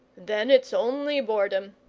then it's only boredom,